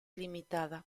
limitada